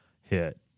hit